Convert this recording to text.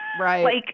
Right